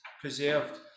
preserved